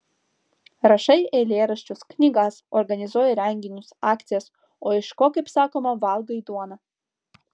rašai eilėraščius knygas organizuoji renginius akcijas o iš ko kaip sakoma valgai duoną